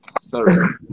Sorry